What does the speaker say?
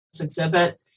exhibit